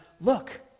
look